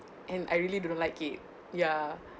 and I really don't like it ya